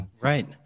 right